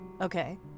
Okay